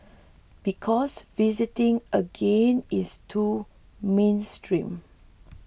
because visiting again is too mainstream